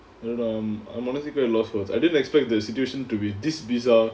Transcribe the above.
I don't know I'm I'm honestly very loss for words I didn't expect the situation to be this bizarre